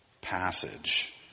passage